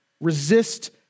resist